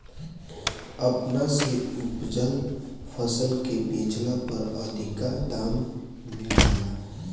अपना से उपजल फसल के बेचला पर अधिका दाम मिल जाला